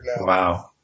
Wow